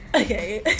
Okay